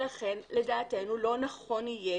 לכן לדעתנו לא נכון יהיה